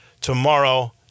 tomorrow